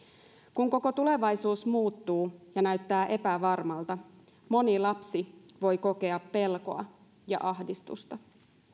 kun koko tulevaisuus muuttuu ja näyttää epävarmalta moni lapsi voi kokea pelkoa ja ahdistusta